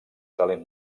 talent